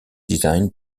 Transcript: designed